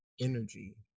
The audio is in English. energy